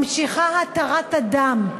ממשיכה התרת הדם,